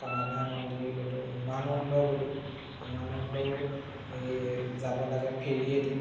কামাভায়া মন্দিৰ গ'লোঁ উমানন্দ গ'লোঁ উমানন্দও এই যাব লাগে ফেৰীয়েদি